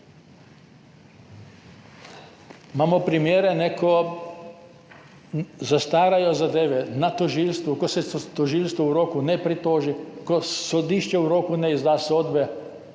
Imamo primere, ko zastarajo zadeve na tožilstvu, ko se tožilstvo v roku ne pritoži, ko sodišče v roku ne izda sodbe